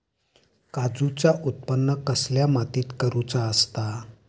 काजूचा उत्त्पन कसल्या मातीत करुचा असता?